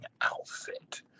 outfit